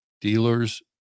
dealers